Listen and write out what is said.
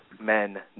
men